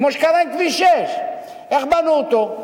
כמו שקרה עם כביש 6. איך בנו אותו?